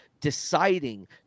deciding